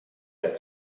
der